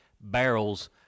barrels